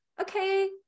okay